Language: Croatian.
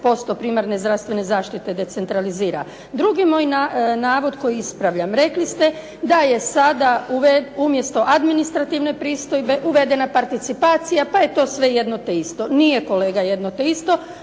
20% primarne zdravstvene zaštite decentralizira. Drugi moj navod koji ispravljam. Rekli ste da je sada umjesto administrativne pristojbe uvedena participacija pa je to sve jedno te isto. Nije kolega jedno te isto.